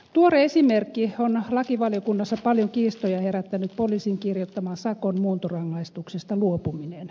tuore esimerkki on lakivaliokunnassa paljon kiistoja herättänyt poliisin kirjoittaman sakon muuntorangaistuksesta luopuminen